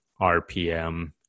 RPM